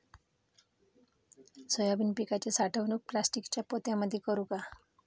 Soybean पिकाची साठवणूक प्लास्टिकच्या पोत्यामंदी करू का?